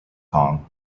kong